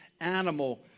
animal